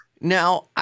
Now